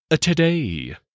Today